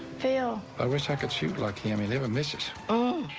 phil. i wish i could shoot like him. he never misses. oh,